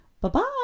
Bye-bye